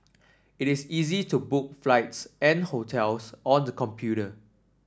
it is easy to book flights and hotels on the computer